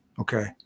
Okay